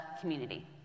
Community